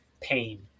pain